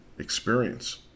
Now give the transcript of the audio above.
Experience